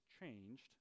changed